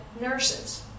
nurses